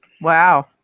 Wow